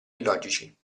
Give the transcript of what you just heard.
illogici